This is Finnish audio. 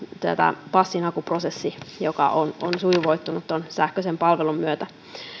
passinhakuprosessi joka on on sujuvoittunut sähköisen palvelun myötä